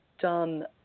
done